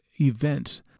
events